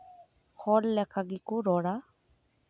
ᱦᱚᱲ ᱞᱮᱠᱟ ᱜᱮᱠᱚ ᱨᱚᱲᱼᱟ